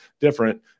different